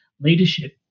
leadership